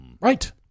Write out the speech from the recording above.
Right